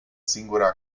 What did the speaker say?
singura